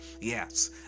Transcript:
Yes